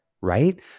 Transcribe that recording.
right